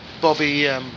Bobby